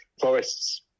Forest's